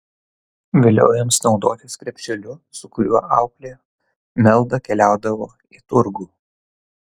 vėliau ims naudotis krepšeliu su kuriuo auklė meldą keliaudavo į turgų